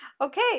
okay